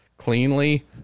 cleanly